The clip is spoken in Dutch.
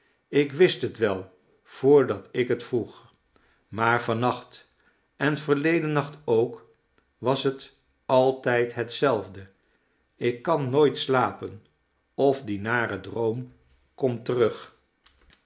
ik wist het wel voordat ik het vroeg maar van nacht en verleden nacht ook was het altijd hetzelfde ik kan nooit slapen of die nare droom komt terug